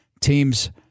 teams